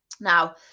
Now